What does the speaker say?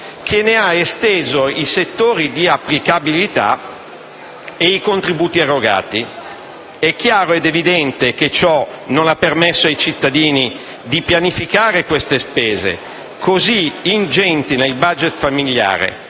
che ne ha esteso i settori di applicabilità e i contributi erogati. È chiaro ed evidente che ciò non ha permesso ai cittadini di pianificare queste spese così ingenti nel *budget* familiare,